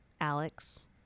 alex